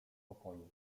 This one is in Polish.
pokoju